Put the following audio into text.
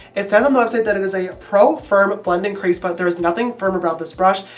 it says on the website that it is a pro firm blending crease, but there is nothing firm about this brush,